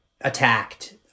attacked